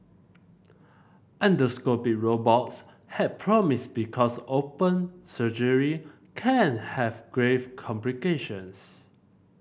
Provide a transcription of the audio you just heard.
endoscopic robots held promise because open surgery can have grave complications